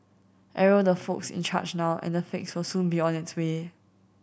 arrow the folks in charge now and a fix will soon be on its way